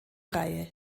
reihe